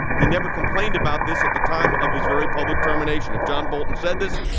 he never complained about this at the time of his very public termination. if john bolton said this,